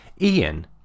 Ian